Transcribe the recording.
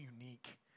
unique